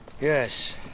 Yes